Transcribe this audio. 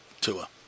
Tua